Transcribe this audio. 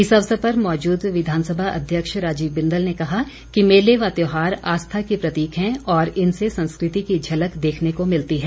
इस अवसर पर मौजूद विधानसभा अध्यक्ष राजीव बिंदल ने कहा कि मेले व त्योहार आस्था के प्रतीक हैं और इनसे संस्कृति की झलक देखने को मिलती है